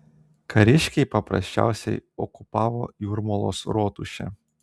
kariškiai paprasčiausiai okupavo jūrmalos rotušę